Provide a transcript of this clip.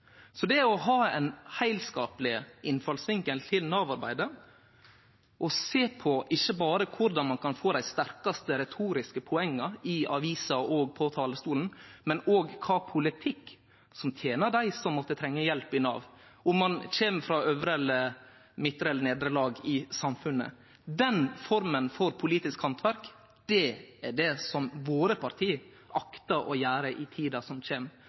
Å ha ein heilskapleg innfallsvinkel til Nav-arbeidet og ikkje berre sjå på kvar ein kan få dei sterkaste retoriske poenga i avisar og på talarstolen, men òg kva politikk som tener dei som måtte trenge hjelp i Nav – anten ein kjem frå øvre, midtre eller nedre lag i samfunnet – den forma for politisk handverk er det som våre parti tek sikte på å gjere i tida som kjem.